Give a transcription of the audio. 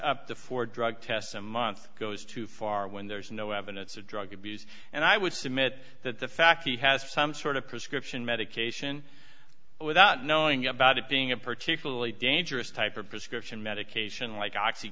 up to four drug tests a month goes too far when there's no evidence of drug abuse and i would submit that the fact he has some sort of prescription medication without knowing about it being a particularly dangerous type of prescription medication like